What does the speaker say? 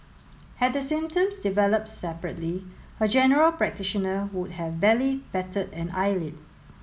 had the symptoms developed separately her general practitioner would have barely batted an eyelid